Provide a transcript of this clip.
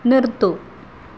നിർത്തൂ